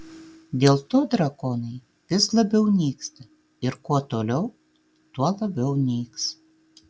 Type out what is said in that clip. dėl to drakonai vis labiau nyksta ir kuo toliau tuo labiau nyks